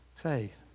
faith